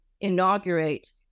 inaugurate